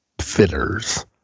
fitters